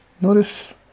Notice